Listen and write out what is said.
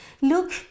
look